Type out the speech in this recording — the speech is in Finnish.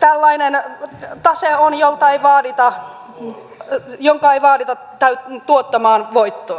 tällainen tase jonka ei vaadita mutta joka ei välitä tai tuottavan voittoa